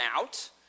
out